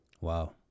wow